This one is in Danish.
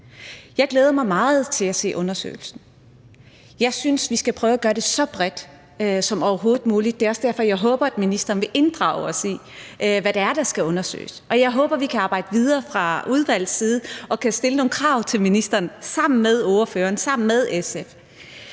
Jeg glæder mig meget til at se undersøgelsen. Jeg synes, vi skal prøve at gøre det så bredt som overhovedet muligt. Det er også derfor, jeg håber, at ministeren vil inddrage os i, hvad det er, der skal undersøges, og jeg håber, vi kan arbejde videre fra udvalgets side og kan stille nogle krav til ministeren sammen med ordføreren,